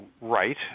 right